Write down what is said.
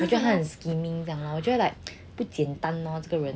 我觉得他很 scheming 这样我觉得 like 不简单 lor 这个人